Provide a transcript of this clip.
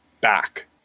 back